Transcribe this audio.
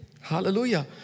Hallelujah